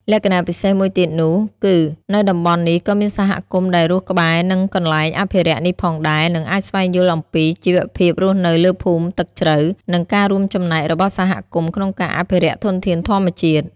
លក្ចណៈពិសេសមួយទៀតនោះគឺនៅតំបន់នេះក៏មានសហគមន៍ដែលរស់ក្បែរនិងកន្លែងអភិរក្សនេះផងដែលនិងអាចស្វែងយល់អំពីជីវភាពរស់នៅលើភូមិទឹកជ្រៅ និងការរួមចំណែករបស់សហគមន៍ក្នុងការអភិរក្សធនធានធម្មជាតិ។